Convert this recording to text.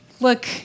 Look